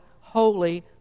holy